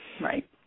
Right